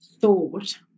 thought